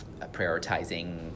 prioritizing